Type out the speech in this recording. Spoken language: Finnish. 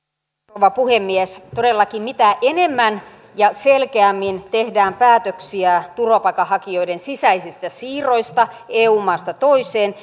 rouva puhemies todellakin mitä enemmän ja selkeämmin tehdään päätöksiä turvapaikanhakijoiden sisäisistä siirroista eu maasta toiseen